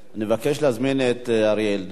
נבקש להזמין את אריה אלדד,